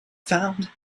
found